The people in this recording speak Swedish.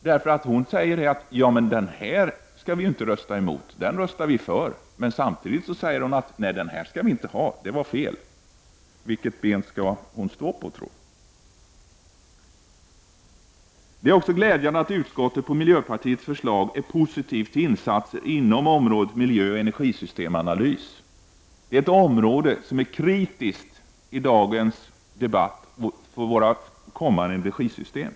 Hon säger nämligen att folkpartiet inte skall rösta emot det här förslaget utan för det, men samtidigt säger hon att vi inte skall ha några sådana här professurer utan att det är fel. Vilket ben skall Margitta Edgren stå på, tro? Det är också glädjande att utskottet på miljöpartiets förslag ställt sig positivt till insatser inom området miljöoch energisystemanalys. Det är ett område som är kritiskt för våra kommande energisystem.